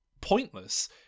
pointless